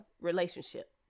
relationship